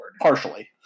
Partially